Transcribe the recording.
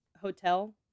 hotel